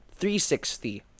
360